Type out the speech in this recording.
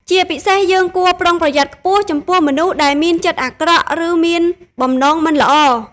ជាពិសេសយើងគួរប្រុងប្រយ័ត្នខ្ពស់ចំពោះមនុស្សដែលមានចិត្តអាក្រក់ ឬមានបំណងមិនល្អ។